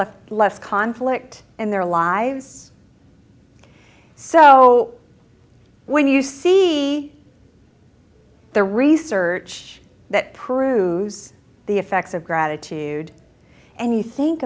less less conflict in their lives so when you see the research that proves the effects of gratitude and you think